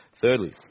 Thirdly